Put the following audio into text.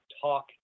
talk